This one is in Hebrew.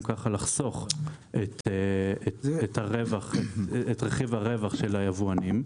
ככה לחסוך את רכיב הרווח של היבואנים,